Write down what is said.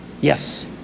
Yes